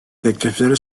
teklifleri